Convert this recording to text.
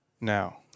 now